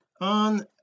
on